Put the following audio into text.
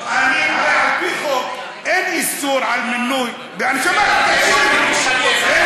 על-פי חוק אין איסור על מינוי, יש איסור לשריין.